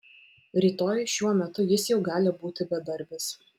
rytoj šiuo metu jis jau gali būti bedarbis